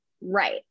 Right